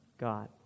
God